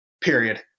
period